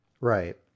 Right